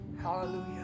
hallelujah